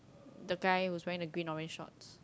the guy who's wearing the green orange shorts